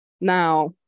now